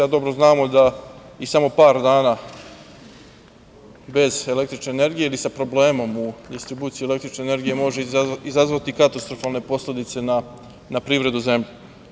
Dobro znamo da i samo par dana bez električne energije ili sa problemom u distribuciji električne energije može izazvati katastrofalne posledice na privredu zemlje.